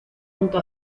junto